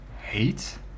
Hate